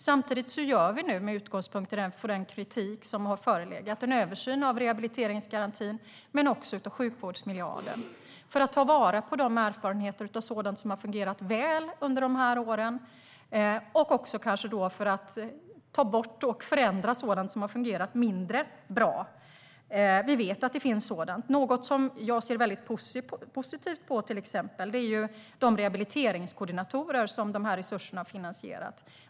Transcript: Samtidigt gör vi nu, med utgångspunkt i den kritik som har förelegat, en översyn av rehabiliteringsgarantin men också av sjukvårdsmiljarden för att ta vara på erfarenheter av sådant som har fungerat väl under dessa år och kanske också för att ta bort och förändra sådant som har fungerat mindre bra. Vi vet att det finns sådant. Något som jag ser mycket positivt på är till exempel de rehabiliteringskoordinatorer som dessa resurser har finansierat.